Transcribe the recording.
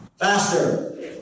faster